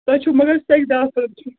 تۄہہِ چھُو مگر سیٚکہِ ڈافَر چھُ